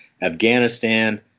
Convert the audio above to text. Afghanistan